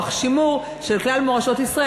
שימור של כלל מורשות ישראל.